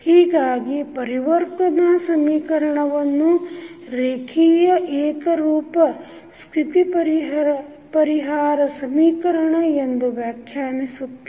ಹೀಗಾಗಿ ಪರಿವರ್ತನಾ ಸಮೀಕರಣವನ್ನು ರೇಖೀಯ ಏಕರೂಪ ಸ್ಥಿತಿ ಪರಿಹಾರ ಸಮೀಕರಣ ಎಂದು ವ್ಯಾಖ್ಯಾನಿಸುತ್ತೇವೆ